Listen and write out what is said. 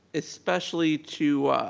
especially to.